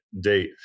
date